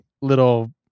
little